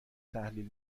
تحلیل